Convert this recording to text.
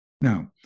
Now